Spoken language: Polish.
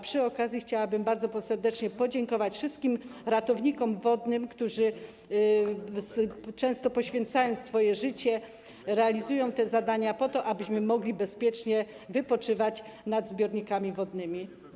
Przy okazji chciałabym bardzo serdecznie podziękować wszystkim ratownikom wodnym, którzy często poświęcając swoje życie, realizują te zadania po to, abyśmy mogli bezpiecznie wypoczywać nad zbiornikami wodnymi.